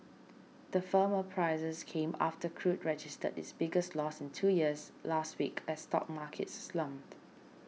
the firmer prices came after crude registered its biggest loss in two years last week as stock markets slumped